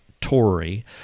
Tory